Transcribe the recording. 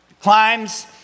climbs